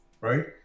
right